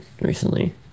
recently